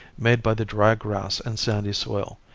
made by the dry grass and sandy soil,